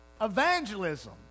Evangelism